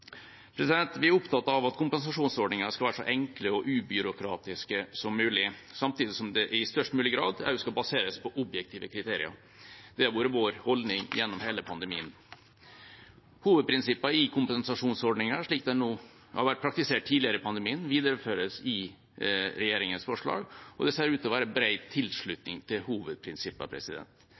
Vi er opptatt av at kompensasjonsordningene skal være så enkle og ubyråkratiske som mulig, samtidig som det i størst mulig grad skal baseres på objektive kriterier. Det har vært vår holdning gjennom hele pandemien. Hovedprinsippene i kompensasjonsordningen, slik den har vært praktisert tidligere i pandemien, videreføres i regjeringas forslag, og det ser ut til å være bred tilslutning til